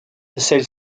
celle